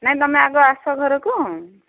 ନାହିଁ ତମେ ଆଗ ଆସ ଘରକୁ